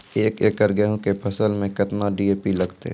एक एकरऽ गेहूँ के फसल मे केतना डी.ए.पी लगतै?